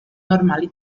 normali